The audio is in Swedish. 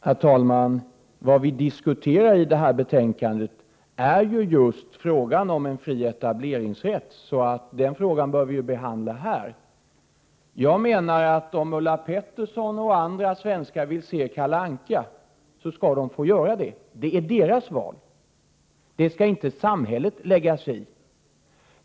Herr talman! Vad vi diskuterar i detta betänkande är just frågan om en fri etableringsrätt. Den frågan bör vi behandla här. Om Ulla Pettersson och andra svenskar vill se Kalle Anka skall de få göra det. Det är deras val. Det skall inte samhället lägga sig i.